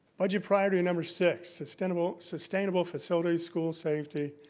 budget priority number six, sustainable sustainable facilities, school safety,